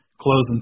closing